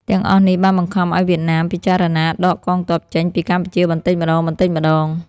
ទាំងអស់នេះបានបង្ខំឱ្យវៀតណាមពិចារណាដកកងទ័ពចេញពីកម្ពុជាបន្តិចម្តងៗ។